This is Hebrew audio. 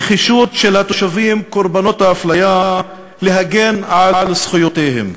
נחישות של התושבים קורבנות האפליה להגן על זכויותיהם.